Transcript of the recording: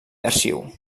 arxiu